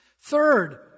Third